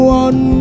one